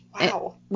Wow